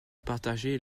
partager